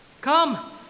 Come